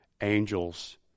angels